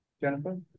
Jennifer